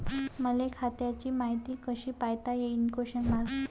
मले खात्याची मायती कशी पायता येईन?